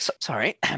Sorry